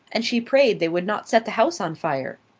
and she prayed they would not set the house on fire.